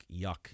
yuck